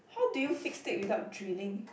how do you fix it without drilling